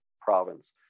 province